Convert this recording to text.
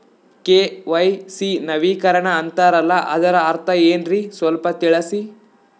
KYC ನವೀಕರಣ ಅಂತಾರಲ್ಲ ಅದರ ಅರ್ಥ ಏನ್ರಿ ಸ್ವಲ್ಪ ತಿಳಸಿ?